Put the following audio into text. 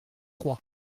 croix